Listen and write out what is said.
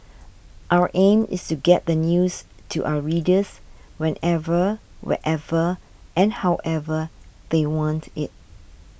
our aim is to get the news to our readers whenever wherever and however they want it